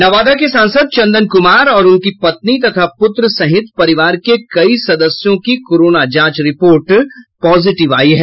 नवादा के सांसद चंदन कुमार और उनकी पत्नी तथा पुत्र सहित परिवार के कई सदस्यों की कोरोना जांच रिपोर्ट पॉजिटिव आई है